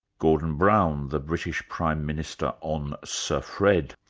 gordon brown, the british prime minister on sir fred.